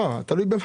תלוי.